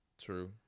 True